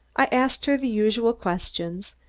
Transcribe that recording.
i asked her the usual questions,